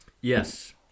Yes